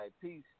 peace